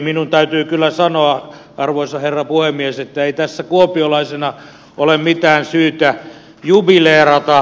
minun täytyy kyllä sanoa arvoisa herra puhemies että ei tässä kuopiolaisena ole mitään syytä jubileerata